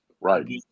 Right